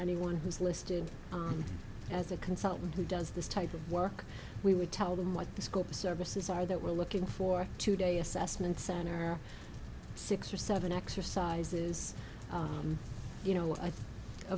anyone who's listed as a consultant who does this type of work we would tell them what the scope of services are that we're looking for today assessment center six or seven exercises you know